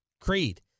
Creed